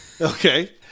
Okay